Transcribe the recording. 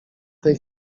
tej